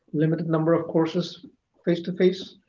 limited number of courses face to face,